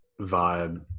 vibe